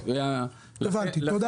לכן התקנה